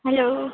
hello